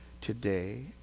today